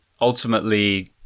ultimately